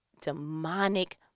demonic